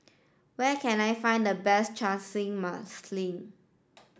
where can I find the best Chana Masala